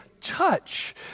touch